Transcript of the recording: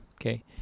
okay